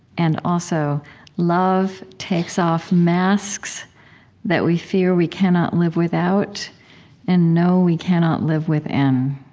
and also love takes off masks that we fear we cannot live without and know we cannot live within.